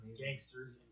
gangsters